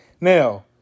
Now